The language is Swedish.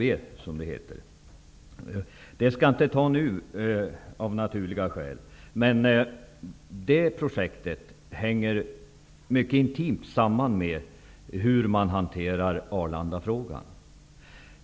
Jag skall av naturliga skäl inte nu tala om denna. Men det projektet hänger intimt samman med hur man hanterar Arlandafrågan.